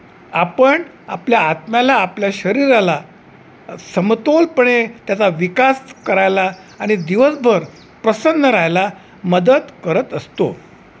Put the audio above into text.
आपण आपल्या आत्म्याला आपल्या शरीराला समतोलपणे त्याचा विकास करायला आणि दिवसभर प्रसन्न राहायला मदत करत असतो